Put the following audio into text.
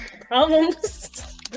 problems